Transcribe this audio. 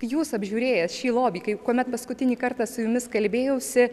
jūs apžiūrėjęs šį lobį kai kuomet paskutinį kartą su jumis kalbėjausi